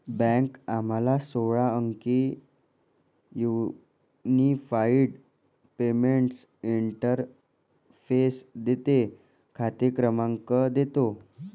bank आम्हाला सोळा अंकी युनिफाइड पेमेंट्स इंटरफेस देते, खाते क्रमांक देतो